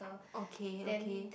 okay okay